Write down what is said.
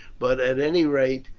but, at any rate,